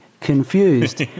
confused